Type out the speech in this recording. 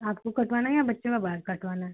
आपको कटवाना है या बच्चों का बाल कटवाना है